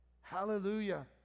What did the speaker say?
Hallelujah